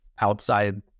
outside